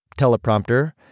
teleprompter